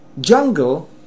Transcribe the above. jungle